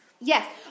yes